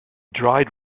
dried